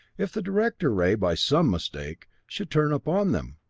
if the director ray, by some mistake, should turn upon them!